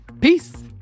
peace